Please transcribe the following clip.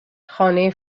خانه